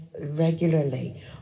regularly